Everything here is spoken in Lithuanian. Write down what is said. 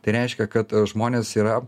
tai reiškia kad žmonės yra